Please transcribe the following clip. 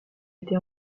été